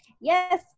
Yes